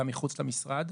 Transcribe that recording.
גם מחוץ למשרד.